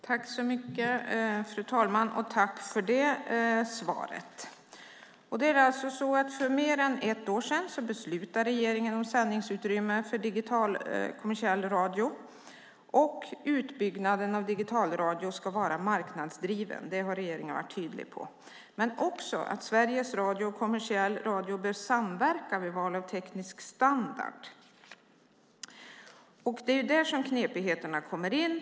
Fru talman! Tack, ministern, för svaret! För mer än ett år sedan beslutade regeringen om sändningsutrymme för digital kommersiell radio. Regeringen har varit tydlig med att utbyggnaden av digitalradio ska var marknadsdriven och att Sveriges Radio och kommersiell radio bör samverka vid val av teknisk standard. Det är där knepigheterna kommer in.